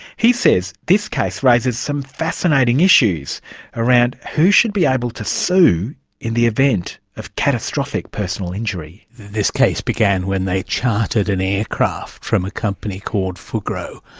he says this case raises some fascinating issues around who should be able to sue in the event of catastrophic personal injury. this case began when they chartered an aircraft from a company called fugro